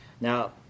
Now